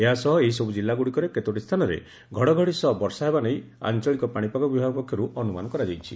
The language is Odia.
ଏହାସହ ଏହିସବୁ ଜିଲ୍ଲାଗୁଡ଼ିକରେ କେତୋଟି ସ୍ଚାନରେ ଘଡ଼ଘଡ଼ି ସହ ବର୍ଷା ହେବା ନେଇ ଆଞ୍ଞଳିକ ପାଶିପାଗ ବିଭାଗ ପକ୍ଷରୁ ଅନୁମାନ କରାଯାଇଛି